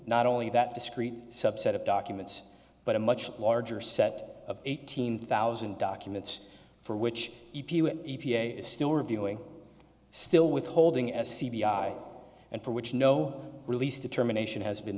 not only that discrete subset of documents but a much larger set of eighteen thousand documents for which e p a is still reviewing still withholding as c b i and for which no release determination has been